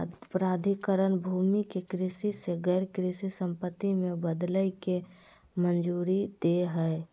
प्राधिकरण भूमि के कृषि से गैर कृषि संपत्ति में बदलय के मंजूरी दे हइ